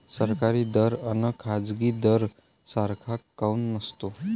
सरकारी दर अन खाजगी दर सारखा काऊन नसतो?